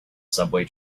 subway